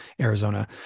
Arizona